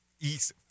East